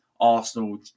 arsenal